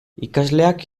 ikasleak